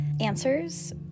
answers